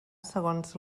segons